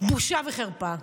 בושה וחרפה.